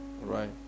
Right